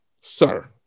Sir